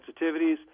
sensitivities